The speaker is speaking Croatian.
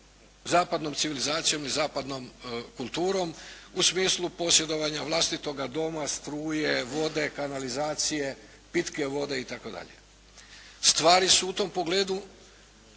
zapadnom civilizacijom i zapadnom kulturom u smislu posjedovanja vlastitoga doma, struje, vode, kanalizacije, pitke vode itd. Stvari su u tom pogledu